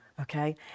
Okay